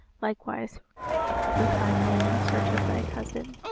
likewise with my men in search of thy cousin.